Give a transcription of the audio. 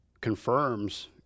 confirms